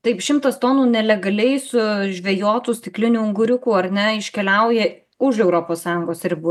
taip šimtas tonų nelegaliai su žvejotų stiklinių unguriukų ar ne iškeliauja už europos sąjungos ribų